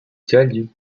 talus